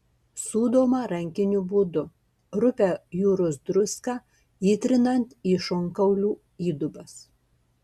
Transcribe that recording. sūdoma rankiniu būdu rupią jūros druską įtrinant į šonkaulių įdubas